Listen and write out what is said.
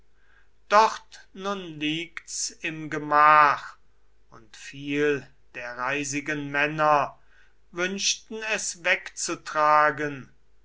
dort nun liegt's im gemach und viel der reisigen männer wünschten es wegzutragen